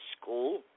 school